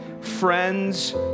Friends